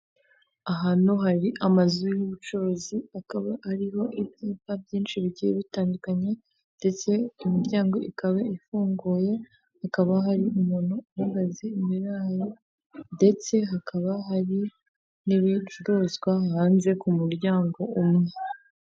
Ahantu hari amazu y'ubucuruzi akaba ariho ibyapa byinshi bigiye bitandukanye ndetse imiryango ikaba ifunguye hakaba hari umuntu uhagaze imbera yayo ndetse hakaba hari n'ibicuruzwa hanze ku muryango umwe.